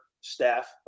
staff